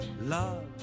love